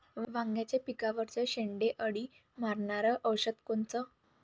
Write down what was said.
वांग्याच्या पिकावरचं शेंडे अळी मारनारं औषध कोनचं?